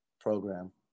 program